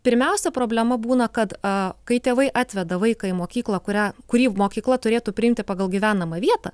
pirmiausia problema būna kad a kai tėvai atveda vaiką į mokyklą kurią kurį mokykla turėtų priimti pagal gyvenamą vietą